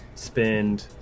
Spend